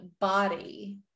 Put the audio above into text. body